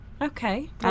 okay